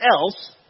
else